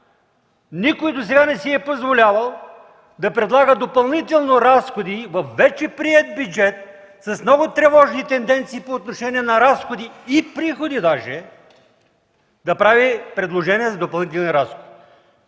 Никой досега не си е позволявал да предлага допълнително разходи във вече приет бюджет с много тревожни тенденции по отношение на разходи и приходи, даже и да прави предложение за допълнителни разходи.